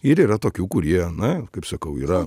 ir yra tokių kurie na kaip sakau yra